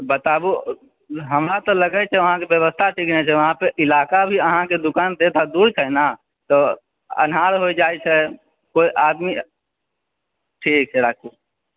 बताबु हमरा तऽ लगै छै अहाँकेँ व्यवस्था छै कि नहि वहाँपे इलाका भी अहाँकेँ दुकान से दूर छै ने तऽ अन्हार होइ जाइ छै कोई आदमी ठीक छै राखु